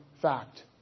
fact